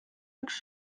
üks